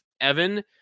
Evan